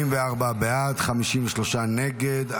44 בעד, 53 נגד.